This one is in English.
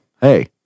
hey